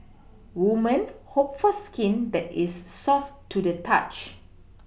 women hope for skin that is soft to the touch